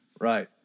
Right